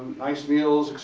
nice meals,